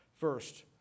First